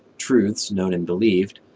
truths known and believed,